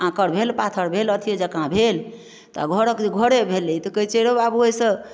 आँकर भेल पाथर भेल अथि जकाँ भेल तऽ घरक घरे भेलै तऽ कहैत छै रौ बाबु एहिसँ